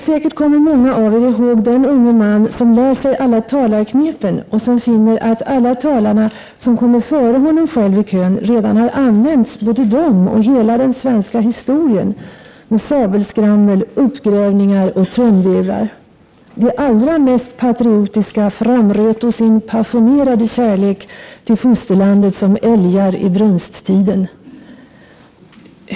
Säkert kommer många av er ihåg den unge man som lär sig alla talarknepen och som finner att alla talare som kommer före honom själv i kön redan har använt både dem och hela den svenska historien med sabelskrammel, uppgrävningar och trumvirvlar: ”De aldra mest patriotiska framröto sin passionerade kärlek till fosterlandet som älgar i brunsttiden.